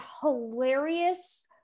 hilarious